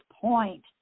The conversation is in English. point